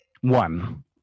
One